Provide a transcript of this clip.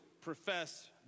profess